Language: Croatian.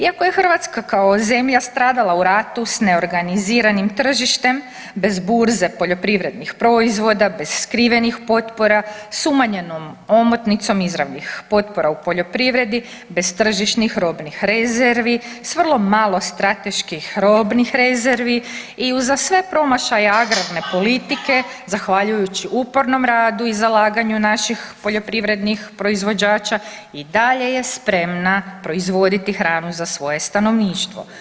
Iako je Hrvatska kao zemlja stradala u ratu sa neorganiziranim tržištem bez burze poljoprivrednih proizvoda, bez skrivenih potpora, sa umanjenom omotnicom izravnih potpora u poljoprivredi, bez tržišnih robnih rezervi s vrlo malo strateških robnih rezervi i uza sve promašaje agrarne politike zahvaljujući upornom radu i zalaganju naših poljoprivrednih proizvođača i dalje je spremna proizvoditi hranu za svoje stanovništvo.